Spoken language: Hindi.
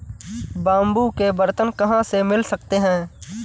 बाम्बू के बर्तन कहाँ से मिल सकते हैं?